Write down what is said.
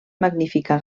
magnífica